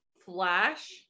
flash